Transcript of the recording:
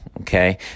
okay